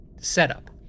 setup